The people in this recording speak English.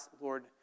Lord